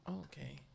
Okay